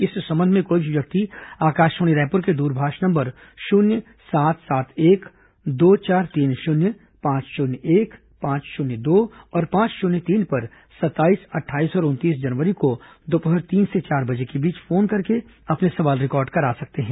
इस संबंध में कोई भी व्यक्ति आकाशवाणी रायपुर के दूरभाष नंबर शून्य सात सात एक दो चार तीन शून्य पांच शून्य एक पांच शून्य दो और पांच शून्य तीन पर सत्ताईस अट्ठाईस और उनतीस जनवरी को दोपहर तीन से चार बजे के बीच फोन करके अपने सवाल रिकॉर्ड करा सकते हैं